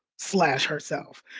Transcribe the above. slash herself.